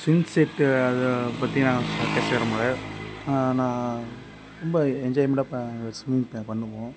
swim set அது பற்றி நான் பேச விரும்பலை நான் ரொம்ப எ என்ஜாய்மெண்ட்டாக ப ஸ்விம்மிங் அ பண்ணுவோம்